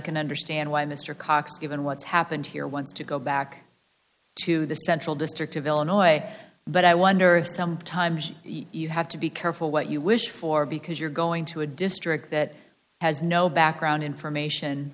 can understand why mr cox given what's happened here wants to go back to the central district of illinois but i wonder if sometimes you have to be careful what you wish for because you're going to a district that has no background information